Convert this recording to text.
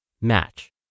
match